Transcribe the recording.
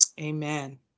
Amen